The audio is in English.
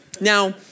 Now